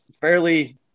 fairly